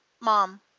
mom